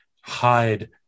hide